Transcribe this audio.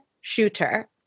Shooter